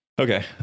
Okay